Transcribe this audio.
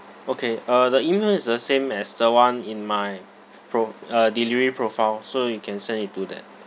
okay uh the email is the same as the one in my pro~ uh delivery profile so you can send it to that